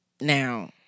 Now